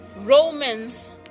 Romans